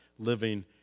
living